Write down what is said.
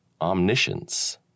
omniscience